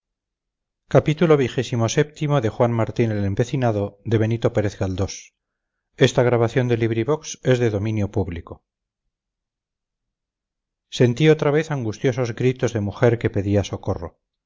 uso de sentí otra vez angustiosos gritos de mujer que pedía socorro